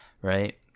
right